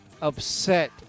upset